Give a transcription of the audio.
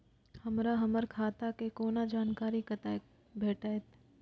हमरा हमर खाता के कोनो जानकारी कतै भेटतै?